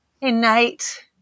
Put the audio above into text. innate